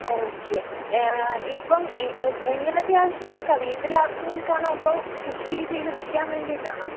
okay ഇപ്പം എ എങ്ങനത്തെ ആവശ്യങ്ങൾക്കാണ് വീട്ടിലാവശ്യങ്ങൾക്കാണോ അതോ കൃഷി ചെയ്ത് വിൽക്കാൻ വേണ്ടിയിട്ടാണോ